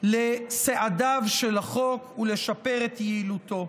לסעדיו של החוק ולשפר את יעילותו.